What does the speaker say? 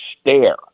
stare